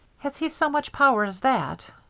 has he so much power as that?